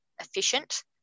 efficient